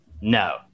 No